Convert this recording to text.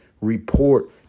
report